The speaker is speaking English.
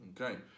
okay